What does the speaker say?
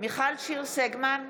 מיכל שיר סגמן,